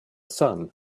sun